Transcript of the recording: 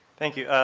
thank you.